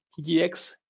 TDX